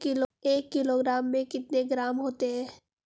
एक किलोग्राम में कितने ग्राम होते हैं?